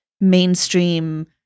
Mainstream